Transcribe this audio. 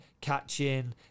catching